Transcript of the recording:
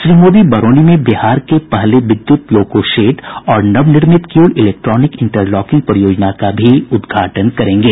श्री मोदी बरौनी में बिहार के पहले विद्युत लोको शेड और नवनिर्मित किउल इलेक्ट्रोनिक इंटरलॉकिंग परियोजना का भी उदघाटन करेंगे